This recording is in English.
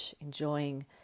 enjoying